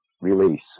release